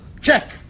check